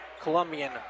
Colombian